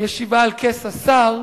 ישיבה על כס השר.